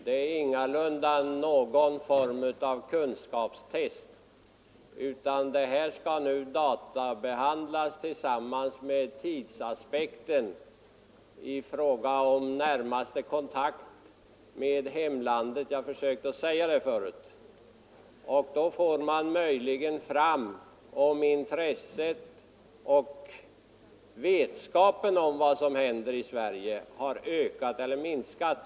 Det är ingalunda fråga om någon form av kunskapstest, utan svaren skall databehandlas med avseende på tidsaspekten i vad avser närmaste kontakt med hemlandet. Jag försökte att säga det förut. Därigenom kan man möjligen få svar på spörsmålet om intresset för och vetskapen om vad som händer i Sverige har ökat eller minskat.